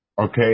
Okay